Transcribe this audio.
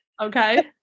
Okay